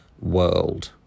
world